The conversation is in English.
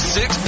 Six